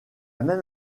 même